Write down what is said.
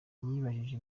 yibajije